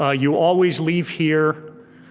ah you always leave here